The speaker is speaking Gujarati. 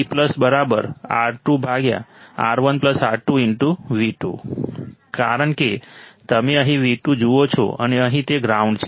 તેથી કારણ કે તમે અહીં V2 જુઓ છો અને અહીં તે ગ્રાઉન્ડ છે